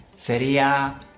Sería